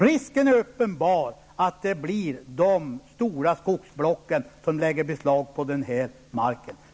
Risken är uppenbar att det blir de stora skogsblocken som lägger beslag på marken.